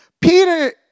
Peter